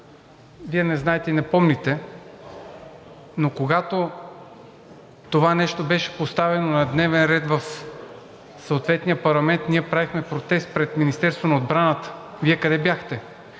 Вие не знаете и не помните, но когато това нещо беше поставено на дневен ред в съответния парламент, ние правихме протест пред Министерството на отбраната. Вие къде бяхте?